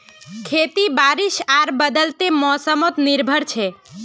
खेती बारिश आर बदलते मोसमोत निर्भर छे